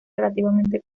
relativamente